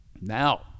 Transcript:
now